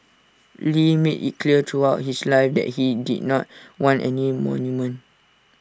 lee made IT clear throughout his life that he did not want any monument